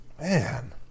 Man